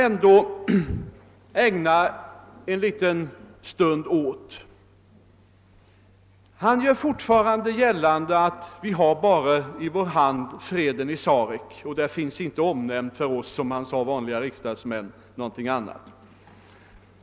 Till herr Tobé vill jag säga ett par ord. Han gör gällande att vi endast har i vår hand freden i Sarek; det finns inte omnämnt något annat för oss vanliga riksdagsmän, så som han uttrycker sig.